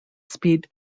speed